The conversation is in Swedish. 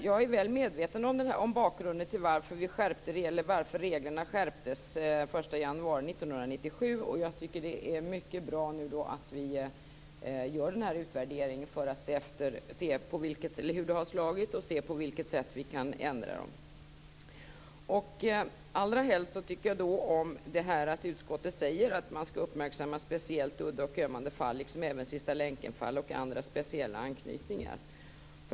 Jag är väl medveten om bakgrunden till varför reglerna skärptes den 1 januari 1997. Jag tycker att det är mycket bra att vi gör den här utvärderingen för att se hur det har slagit och för att se på vilket sätt vi kan ändra reglerna. Allra mest tycker jag om det här med att utskottet säger att man skall uppmärksamma speciellt udda och ömmande fall, liksom även sista länken-fall och andra speciella anknytningar.